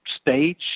stage